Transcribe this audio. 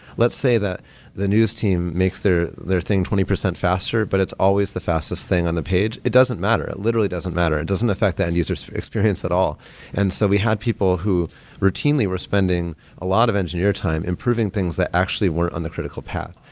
let's say that the news team makes their their thing twenty percent faster, but it's always the fastest thing on the page. it doesn't matter. it literally doesn't matter. it doesn't affect that user s experience at all and so we had people who routinely were spending a lot of engineer time, improving things that actually were on the critical path.